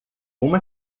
uma